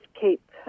keep